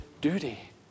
duty